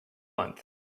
month